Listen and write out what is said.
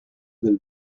del